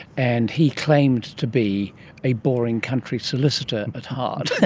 and he claimed to be a boring country solicitor at heart,